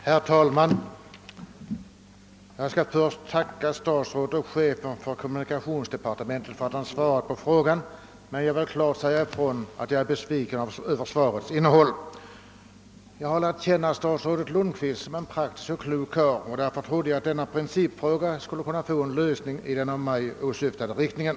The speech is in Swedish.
Herr talman! Jag tackar statsrådet och chefen för kommunikationsdepartementet för att han svarat på min fråga, men jag vill klart säga ifrån att jag är besviken över svarets innehåll. Jag har lärt känna statsrådet Lundkvist som en praktisk och klok karl, och därför trodde jag att denna principfråga skul le kunna få en lösning i den av mig åsyftade riktningen.